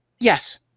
Yes